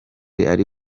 ari